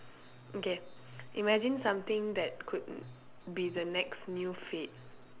okay imagine something that could be the next new fad